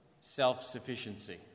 self-sufficiency